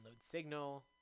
Signal